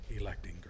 electing